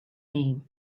name